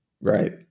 right